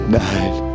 night